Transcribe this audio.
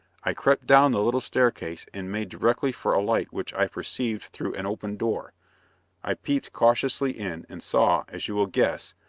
i crept down the little staircase, and made directly for a light which i perceived through an open door i peeped cautiously in, and saw, as you will guess,